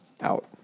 Out